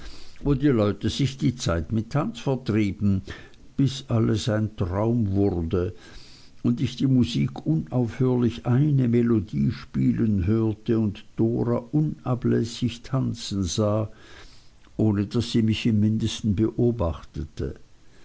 wo die leute sich die zeit mit tanz vertrieben bis alles ein traum wurde und ich die musik unaufhörlich eine melodie spielen hörte und dora unablässig tanzen sah ohne daß sie mich im mindesten beachtete